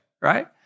right